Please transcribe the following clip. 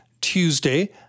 Tuesday